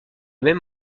même